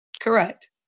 Correct